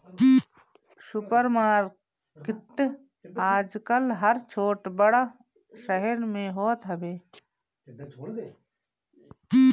super market आजकल हर छोट बड़ शहर में होत हवे